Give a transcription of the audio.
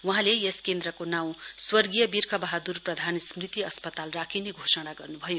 वहाँले यस केन्द्रको नाँँ स्वर्गीय बीर्खबहादुर प्रधान स्मृति अस्पताल राखिने घोषणा गर्नुभयो